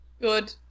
Good